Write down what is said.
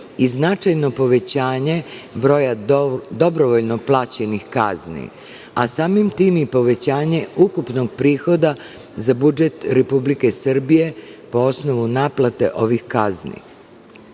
i značajno povećanje broja dobrovoljno plaćenih kazni, a samim tim i povećanje ukupnog prihoda za budžet Republike Srbije po osnovu naplate ovih kazni.